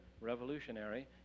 revolutionary